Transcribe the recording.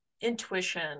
intuition